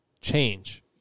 change